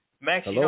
max